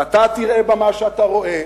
ואתה תראה בה מה שאתה רואה,